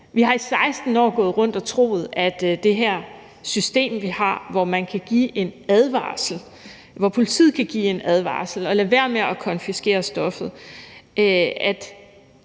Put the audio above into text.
Vi har i 16 år gået rundt og troet, at det her system, vi har, hvor politiet kan give en advarsel og lade være med at konfiskere stoffet,